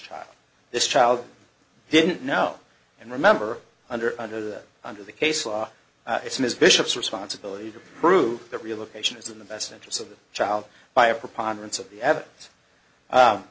child this child didn't know and remember under under that under the case law it's ms bishop's responsibility to prove that relocation is in the best interests of the child by a preponderance of the